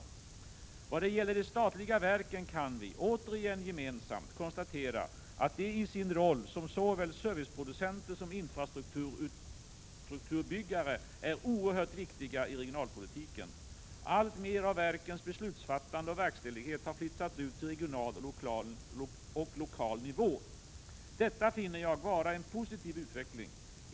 I vad det gäller de statliga verken kan vi, återigen gemensamt, konstatera att de i sin roll som såväl serviceproducenter som infrastrukturbyggare är oerhört viktiga i regionalpolitiken. Alltmer av verkens beslutsfattande och verkställighet har flyttats ut till regional och lokal nivå. Detta finner jag vara en positiv utveckling.